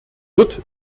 wird